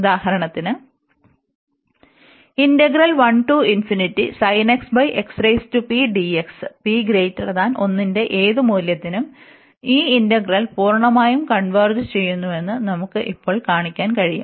ഉദാഹരണത്തിന് p1ന്റെ ഏത് മൂല്യത്തിനും ഈ ഇന്റഗ്രൽ പൂർണ്ണമായും കൺവെർജ് ചെയ്യുന്നുവെന്ന് നമുക്ക് ഇപ്പോൾ കാണിക്കാൻ കഴിയും